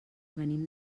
venim